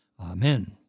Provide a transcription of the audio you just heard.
Amen